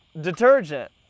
detergent